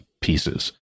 pieces